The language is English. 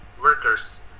workers